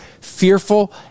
fearful